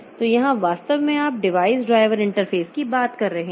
तो यहाँ वास्तव में आप डिवाइस ड्राइवर इंटरफेस की बात कर रहे हैं